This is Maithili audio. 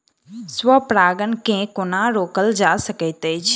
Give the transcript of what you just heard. स्व परागण केँ कोना रोकल जा सकैत अछि?